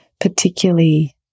particularly